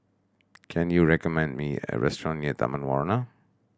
can you recommend me a restaurant near Taman Warna